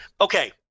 okay